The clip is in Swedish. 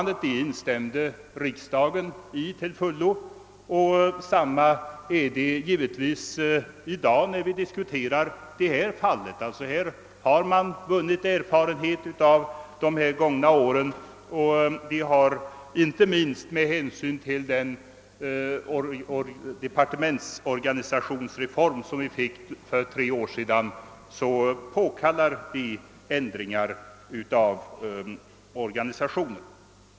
Detsamma gäller den fråga vi i dag diskuterar. Vi har nu vunnit erfarenheter av de gångna årens verksamhet, och inte minst den departementsreform, som vi genomförde för tre år sedan, påkallar ändringar av organisationen.